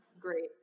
great